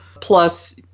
plus